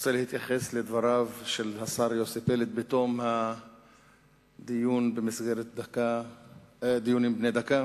רוצה להתייחס לדבריו של השר יוסי פלד בתום הדיון במסגרת דיונים בני דקה